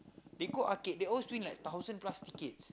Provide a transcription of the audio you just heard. they go arcade they always win like thousand plus tickets